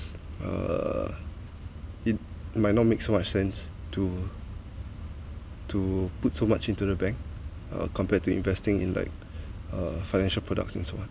uh it might not makes so much sense to to put so much into the bank uh compared to investing in like uh financial products I think so